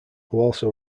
also